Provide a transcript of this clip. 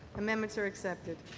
amendments are accepted.